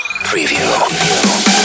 preview